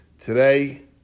Today